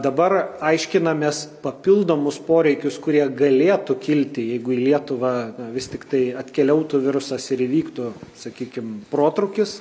dabar aiškinamės papildomus poreikius kurie galėtų kilti jeigu į lietuvą na vis tiktai atkeliautų virusas ir įvyktų sakykim protrūkius